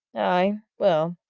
aye, well,